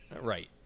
Right